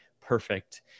perfect